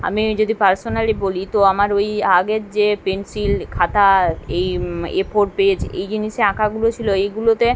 আমি যদি পার্সোনালি বলি তো আমার ওই আগের যে পেনসিল খাতা এই এ ফোর পেজ এই জিনিসে আঁকাগুলো ছিল এইগুলোতে